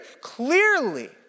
clearly